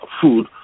food